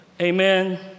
Amen